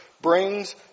brings